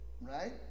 right